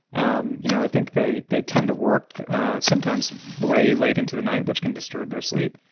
um you know i think they they tend to work sometimes way late into the night, which can disturb their sleep.